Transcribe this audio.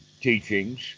teachings